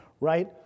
Right